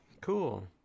Cool